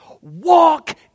Walk